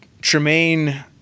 Tremaine